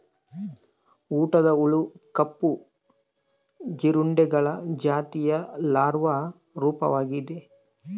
ಊಟದ ಹುಳು ಕಪ್ಪು ಜೀರುಂಡೆಗಳ ಜಾತಿಯ ಲಾರ್ವಾ ರೂಪವಾಗಿದೆ